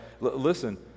listen